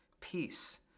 peace